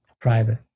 private